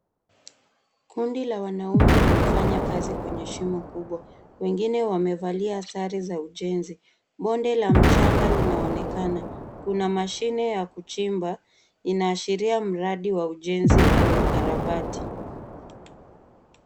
Kundi la wanaume wanafanya kazi kwenye shimo kubwa. Wengine wamevalia sare za ujenzi. Bonde la mchanga linaonekana. Kuna mashine ya kuchimba inaashiria mradi wa ujenzi au ukarabati.